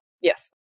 Yes